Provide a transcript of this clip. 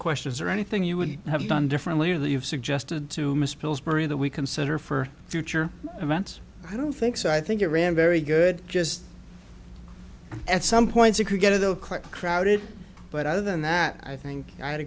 questions or anything you would have done differently or that you've suggested to miss pillsbury that we consider for future events i don't think so i think you ran very good just at some points you could get to the crowded but other than that i think i had a